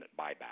buyback